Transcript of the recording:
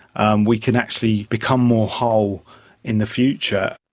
and we can actually become more whole in the future.